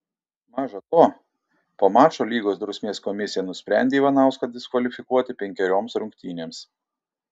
maža to po mačo lygos drausmės komisija nusprendė ivanauską diskvalifikuoti penkerioms rungtynėms